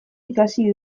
ikasi